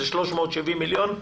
זה 370 מיליון,